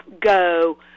go